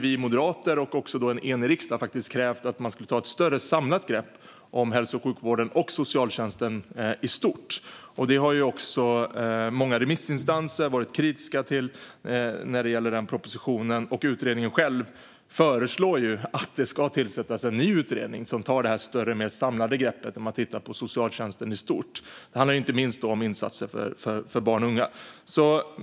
Vi moderater och en enig riksdag hade krävt att man skulle ta ett större och samlat grepp om hälso och sjukvården och socialtjänsten i stort. I det avseendet har även många remissinstanser varit kritiska till denna proposition. Utredningen själv föreslår att det ska tillsättas en ny utredning som tar det större och mer samlade greppet om socialtjänsten i stort. Det handlar då inte minst om insatser för barn och unga.